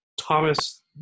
thomas